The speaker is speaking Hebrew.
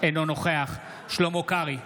אינו נוכח שלמה קרעי,